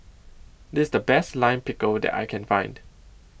This IS The Best Lime Pickle that I Can Find